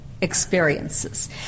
Experiences